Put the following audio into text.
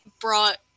brought